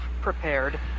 prepared